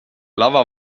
lava